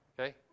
okay